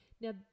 Now